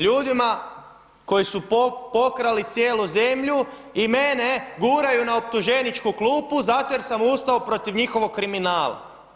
Ljudima koji su pokrali cijelu zemlju i mene guraju na optuženičku klupu zato jer sam ustao protiv njihovog kriminala.